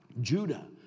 Judah